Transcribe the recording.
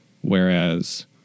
Whereas